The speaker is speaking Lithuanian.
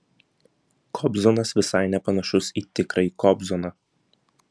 kobzonas visai nepanašus į tikrąjį kobzoną